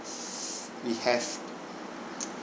we have